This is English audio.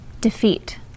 defeat